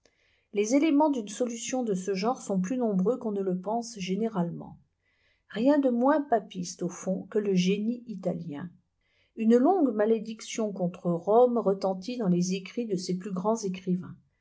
les éléments d'une solution de ce genre sont plus nombreux qu'on ne le pense généralement rien de moins papiste au fond que le génie italien une longue malédiction contre rome retentit dans les écrits de ses plus grands écrivains